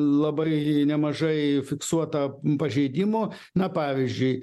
labai nemažai fiksuota pažeidimų na pavyzdžiui